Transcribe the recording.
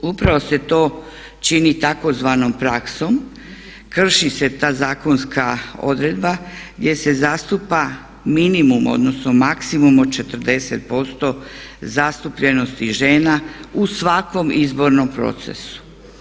Upravo se to čini tzv. praksom, krši se ta zakonska odredba gdje se zastupa minimum, odnosno maksimum od 40% zastupljenosti žena u svakom izbornom procesu.